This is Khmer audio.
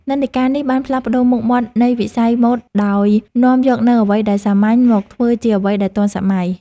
និន្នាការនេះបានផ្លាស់ប្តូរមុខមាត់នៃវិស័យម៉ូដដោយនាំយកនូវអ្វីដែលសាមញ្ញមកធ្វើជាអ្វីដែលទាន់សម័យ។